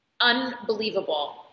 unbelievable